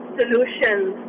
solutions